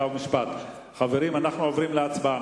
חברים, אנחנו עוברים להצבעה.